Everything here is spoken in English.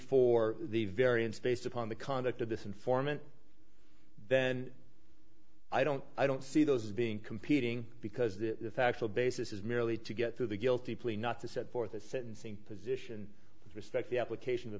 for the variance based upon the conduct of this informant then i don't i don't see those as being competing because the factual basis is merely to get through the guilty plea not to set forth a sentencing position with respect the application o